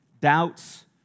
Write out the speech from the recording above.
doubts